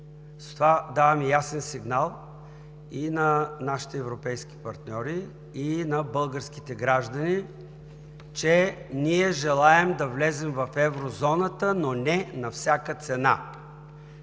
С това даваме ясен сигнал и на нашите европейски партньори, и на българските граждани, че ние желаем да влезем в Еврозоната, но не на всяка цена.